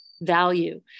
value